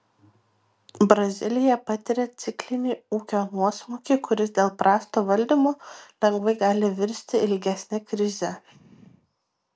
brazilija patiria ciklinį ūkio nuosmukį kuris dėl prasto valdymo lengvai gali virsti ilgesne krize